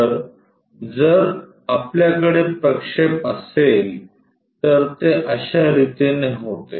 तर जर आपल्याकडे प्रक्षेप असेल तर ते अश्या रितीने होते